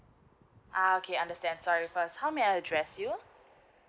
uh okay understand sorry first how may I address you